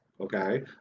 okay